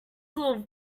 little